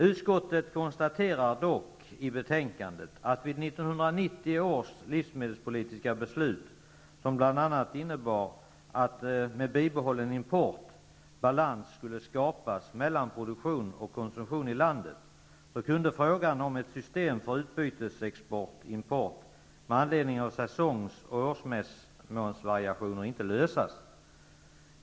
Utskottet konstaterar dock i betänkandet att vid 1990 års livsmedelspolitiska beslut, som bl.a. innebar att det med bibehållen import skulle skapas balans mellan produktion och konsumtion i landet, kunde frågan om ett system för utbytesexport/import med anledning av säsongs och årsmånsvariationer inte lösas.